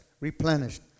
replenished